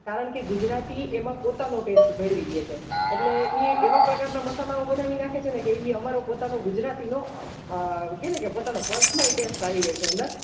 કારણકે ગુજરાતી એમાં પોતાનો ટેસ્ટ ભેળવી દે છે એટલે એ એવા પ્રકારના મસાલાઓ બનાવી નાંખે છે ને કે એ અમારું પોતાનું ગુજરાતીનો કેને કે પોતાનો પર્સનલ ટેસ્ટ આવી જાય છે અંદર